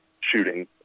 shooting